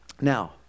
Now